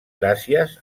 gràcies